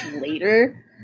later